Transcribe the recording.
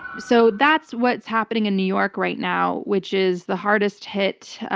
so that's what's happening in new york right now, which is the hardest hit